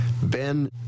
Ben